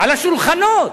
על השולחנות.